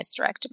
hysterectomy